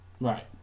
Right